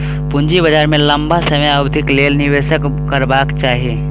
पूंजी बाजार में लम्बा समय अवधिक लेल निवेश करबाक चाही